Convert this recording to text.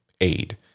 aid